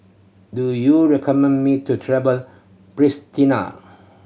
do you recommend me to travel Pristina